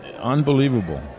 unbelievable